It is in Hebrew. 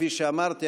כפי שאמרתי,